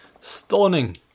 stunning